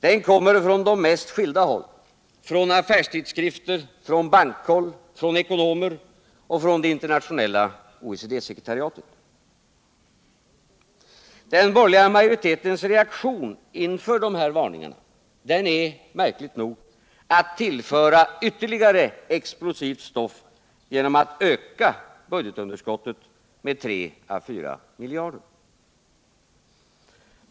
Den kommer från de mest skilda håll — från affärstidskrifter, från bankhåll, från ekonomer och från det internationella OECD-sekretariatet. Den borgerliga majoritetens reaktion inför dessa varningar är — märkligt nog — att tillföra ytterligare explosivt stoff genom att öka budgetunderskottet med 3-4 miljarder.